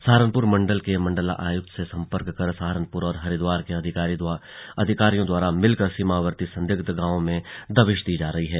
सहारनपुर मण्डल के मण्डल आयुक्त से सम्पर्क कर सहारानपुर और हरिद्वार के अधिकारी मिलकर सीमावर्ती संदिग्ध गांवों में दबिश दी जा रही है